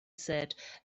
said